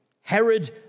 Herod